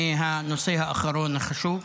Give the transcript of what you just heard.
מהנושא האחרון החשוב,